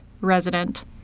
resident